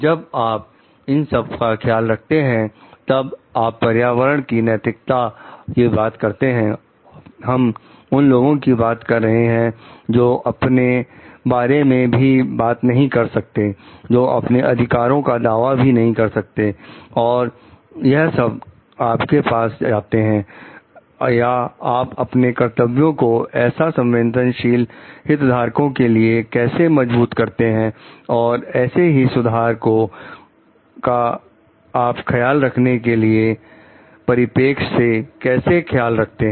जब आप इन सब का ख्याल रखते हैं तब आप पर्यावरण की नैतिकता की बात करते हैं हम उन लोगों की बात कर रहे हैं जो अपने बारे में भी बात नहीं कर सकते जो अपने अधिकारों का दवा भी नहीं कर सकते और यह सब आपके पास आते हैं या आप अपने कर्तव्य को ऐसे संवेदनशील हित धारकों के लिए कैसे महसूस करते हैं और ऐसे ही सुधार को का आप ख्याल रखने के परिपेक्ष से कैसे ख्याल रखते हैं